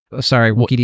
Sorry